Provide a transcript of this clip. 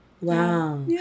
Wow